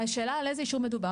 השאלה על איזה אישור מדובר.